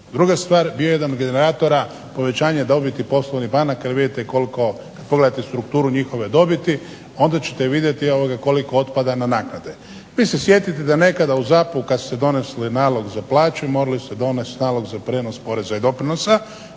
Druga stvar, bio je jedan od generatora povećanja dobiti poslovnih banaka jer vidite koliko, pogledajte strukturu njihove dobiti onda ćete vidjeti koliko otpada na nagrade. Vi se sjetite da nekada u ZAP-u kad ste donijeli nalog za plaću morali ste donijeti nalog za prijenos poreza i doprinosa.